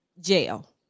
jail